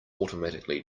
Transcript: automatically